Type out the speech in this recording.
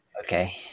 okay